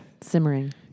Simmering